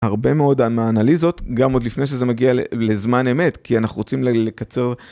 הרבה מאוד מהאנליזות גם עוד לפני שזה מגיע לזמן אמת כי אנחנו רוצים לקצר.